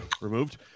removed